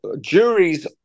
juries